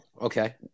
okay